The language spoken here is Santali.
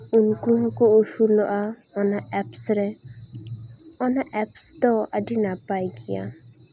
ᱩᱱᱠᱩ ᱦᱚᱸᱠᱚ ᱟᱹᱥᱩᱞᱚᱜᱼᱟ ᱚᱱᱟ ᱮᱯᱥᱨᱮ ᱚᱱᱟ ᱮᱯᱥ ᱫᱚ ᱟᱹᱰᱤ ᱱᱟᱯᱟᱭ ᱜᱮᱭᱟ